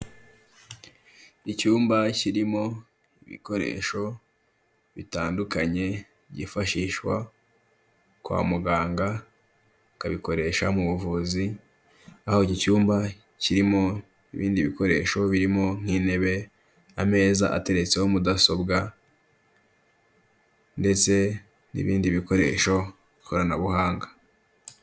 Icyumba kirimo ibikoresho bitandukanye byifashishwa kwa muganga, akabikoresha mu buvuzi, aho icyumba kirimo ibindi bikoresho birimo nk'intebe, ameza atetseho mudasobwa, ndetse n'ibindi bikoresho, koranabuhanga.